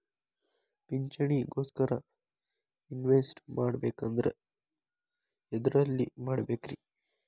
ಪಿಂಚಣಿ ಗೋಸ್ಕರ ಇನ್ವೆಸ್ಟ್ ಮಾಡಬೇಕಂದ್ರ ಎದರಲ್ಲಿ ಮಾಡ್ಬೇಕ್ರಿ?